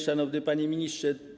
Szanowny Panie Ministrze!